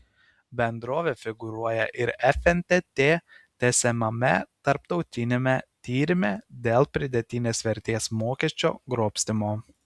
bendrovė figūruoja ir fntt tęsiamame tarptautiniame tyrime dėl pridėtinės vertės mokesčio grobstymo